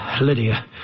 Lydia